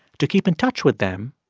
to keep in touch with them,